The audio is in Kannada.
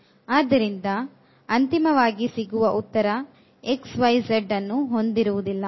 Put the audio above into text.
ಆದ್ದರಿಂದ ಅಂತಿಮವಾಗಿ ಸಿಗುವ ಉತ್ತರ xyz ಅನ್ನು ಹೊಂದಿರುವುದಿಲ್ಲ